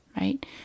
right